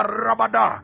rabada